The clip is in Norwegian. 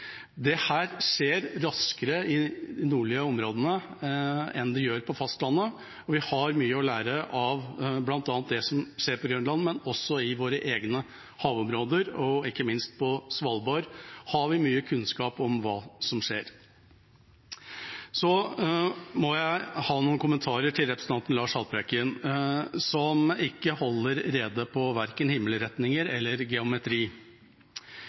skjer raskere i de nordlige i områdene enn det gjør på fastlandet, og vi har mye å lære av bl.a. det som skjer på Grønland. Men også i våre egne havområder og ikke minst på Svalbard har vi mye kunnskap om hva som skjer. Så har jeg noen kommentarer til representanten Lars Haltbrekken, som ikke holder rede på verken himmelretninger eller geometri.